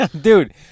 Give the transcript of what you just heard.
Dude